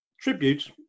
tribute